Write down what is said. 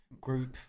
group